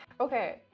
okay